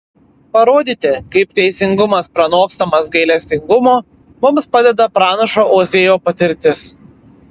parodyti kaip teisingumas pranokstamas gailestingumo mums padeda pranašo ozėjo patirtis